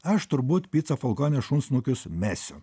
aš turbūt picą falkonę šunsnukius mesiu